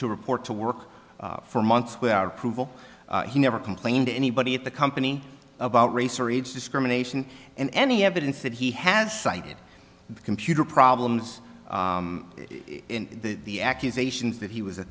to report to work for months without approval he never complained to anybody at the company about race or age discrimination and any evidence that he has cited computer problems in the accusations that he was a